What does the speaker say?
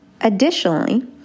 Additionally